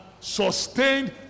sustained